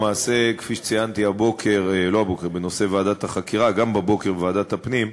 למעשה כפי שציינתי גם הבוקר בדיון בנושא ועדת החקירה בוועדת הפנים,